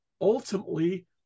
Ultimately